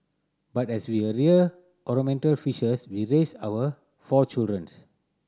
but as we are rear ornamental fishes we raised our four children